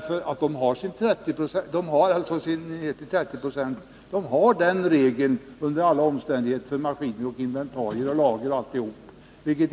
För maskiner, inventarier, lager och allt annat har vi ju 30-procentsregeln, vilket och detta även totalt med fastigheten inräknad,